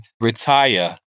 retire